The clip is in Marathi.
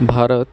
भारत